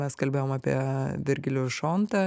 mes kalbėjom apie virgilijų šontą